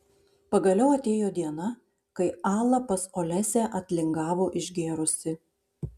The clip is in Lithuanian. pagaliau atėjo diena kai ala pas olesią atlingavo išgėrusi